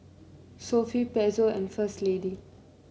Sofy Pezzo and First Lady